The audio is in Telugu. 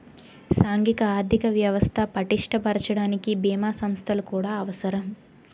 సాంఘిక ఆర్థిక వ్యవస్థ పటిష్ట పరచడానికి బీమా సంస్థలు కూడా అవసరం